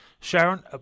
Sharon